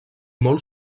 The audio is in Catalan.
molt